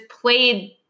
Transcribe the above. played